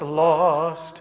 lost